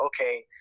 okay